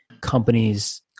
companies